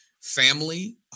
family